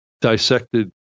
dissected